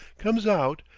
comes out,